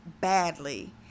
badly